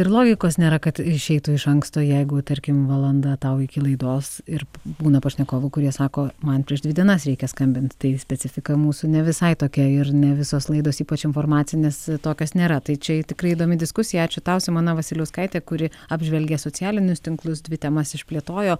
ir logikos nėra kad išeitų iš anksto jeigu tarkim valanda tau iki laidos ir būna pašnekovų kurie sako man prieš dvi dienas reikia skambint tai specifika mūsų ne visai tokia ir ne visos laidos ypač informacinės tokios nėra tai čia tikrai įdomi diskusija ačiū tau simona vasiliauskaite kuri apžvelgė socialinius tinklus dvi temas išplėtojo